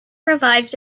revived